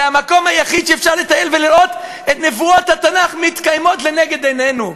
זה המקום היחיד שבו אפשר ולראות את נבואות התנ"ך מתקיימות לנגד עינינו.